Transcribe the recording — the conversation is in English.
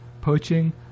poaching